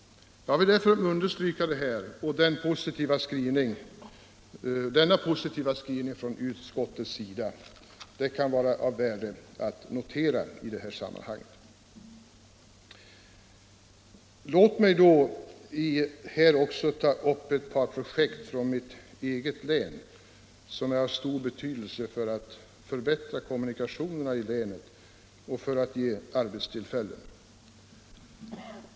Jag vill därför understryka detta, och det kan vara av värde att notera utskottets positiva skrivning. Låt mig också ta upp ett par projekt från mitt eget län som är av stor betydelse för att förbättra kommunikationerna i länet och för att ge arbetstillfällen.